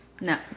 No